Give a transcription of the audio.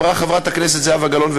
אמרה חברת הכנסת זהבה גלאון,